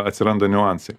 atsiranda niuansai